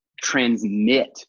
transmit